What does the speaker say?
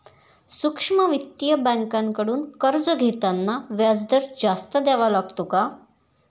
सूक्ष्म वित्तीय बँकांकडून कर्ज घेताना व्याजदर जास्त द्यावा लागतो का?